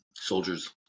Soldiers